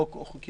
חוקי